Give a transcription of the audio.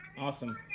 Awesome